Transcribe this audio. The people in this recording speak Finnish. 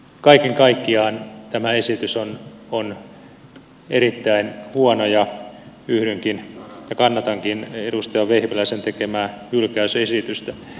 kaiken kaikkiaan tämä esitys on erittäin huono ja kannatankin edustaja vehviläisen tekemää hylkäysesitystä